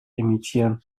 imitieren